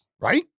Right